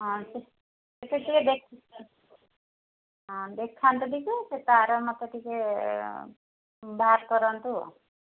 ହଁ ହଁ ଦେଖାନ୍ତୁ ଟିକେ ସେ ତାର ମୋତେ ଟିକେ ବାହାର କରନ୍ତୁ